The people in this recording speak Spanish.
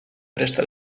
presta